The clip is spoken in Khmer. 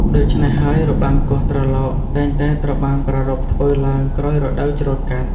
ដូច្នេះហើយ របាំគោះត្រឡោកតែងតែត្រូវបានប្រារព្ធធ្វើឡើងក្រោយរដូវច្រូតកាត់។